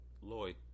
Lloyd